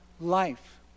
life